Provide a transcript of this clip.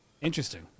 Interesting